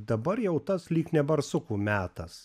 dabar jau tas lyg ne barsukų metas